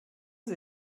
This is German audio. sie